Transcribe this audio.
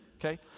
Okay